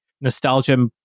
nostalgia